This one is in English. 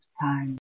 time